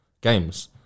games